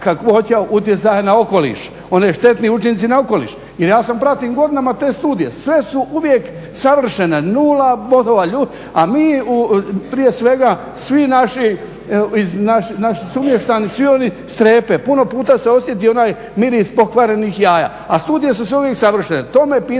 kakvoća utjecaja na okoliš oni štetni učinci na okoliš jer ja pratim godinama te studije. Sve su uvijek savršene, nula bodova, a mi prije svega, svi naši sumještani, svi oni strepe. Puno puta se osjeti onaj miris pokvarenih jaja, a studije su sve uvijek savršene.